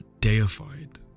deified